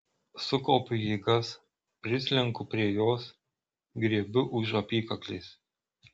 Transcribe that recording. sukaupiu jėgas prislenku prie jos griebiu už apykaklės